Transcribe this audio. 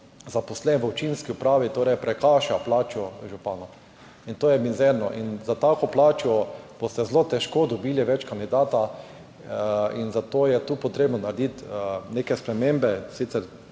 zaposlen v občinski upravi, prekaša plačo župana, to je mizerno in za tako plačo boste zelo težko dobili več kandidatov in zato je tu potrebno narediti neke spremembe.